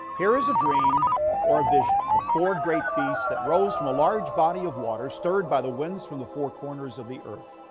here is a dream or a vision of four great beasts that rose from a large body of water stirred by the winds from the four corners of the earth.